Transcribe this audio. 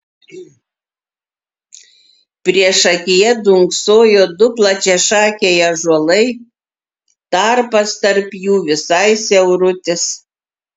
priešakyje dunksojo du plačiašakiai ąžuolai tarpas tarp jų visai siaurutis